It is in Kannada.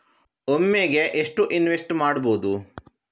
ಒಮ್ಮೆಗೆ ಎಷ್ಟು ಇನ್ವೆಸ್ಟ್ ಮಾಡ್ಬೊದು?